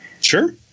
Sure